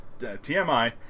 TMI